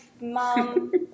mom